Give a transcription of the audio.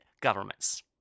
governments